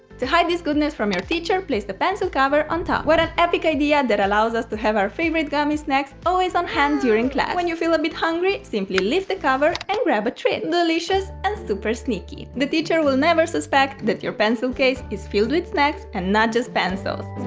to hide this goodness from your teacher, place the pencil cover on top. what an epic that allows us to have our favorite gummy snacks always on hand during class. when you feel a bit hungry, simply lift the cover and grab a treat! and delicious and super sneaky! the teacher will never suspect that your pencil case is filled with snacks and not just pencils!